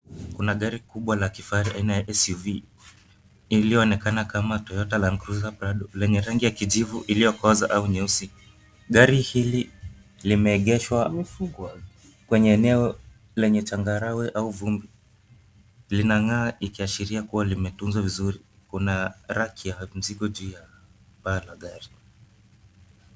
Kuna gari kubwa la kifahari aina ya SUV, iliyoonekana kama Toyota Landcruiser Prado, lenye rangi ya kijivu iliyoko au nyeusi. Gari hili limeegeshwa kwenye eneo lenye changarawe au vumbi, linang'aa likiashiria limetunzwa vizuri. Kuna raki ya mizigo kwenye paa la gari.